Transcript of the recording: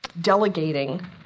delegating